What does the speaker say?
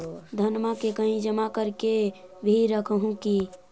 धनमा के कहिं जमा कर के भी रख हू की?